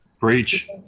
Breach